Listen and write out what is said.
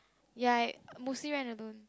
ya I mostly went alone